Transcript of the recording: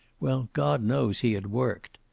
well, god knows he had worked.